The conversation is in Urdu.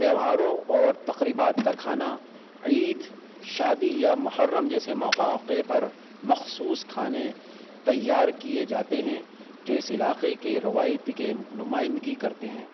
تیوہاروں اور تقریبات کا کھانا عید شادی یا محرم جیسے مواقع پر مخصوص کھانے تیار کیے جاتے ہیں جو اس علاقے کے روایتی کے نمائندگی کرتے ہیں